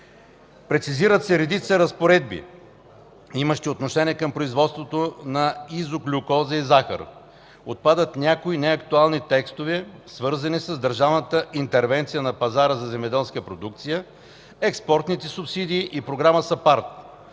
Прецизират се редица разпоредби, имащи отношение към производството на изоглюкоза и захар. Отпадат някои неактуални текстове, свързани с държавна интервенция на пазара за земеделска продукция, експортните субсидии и Програма САПАРД.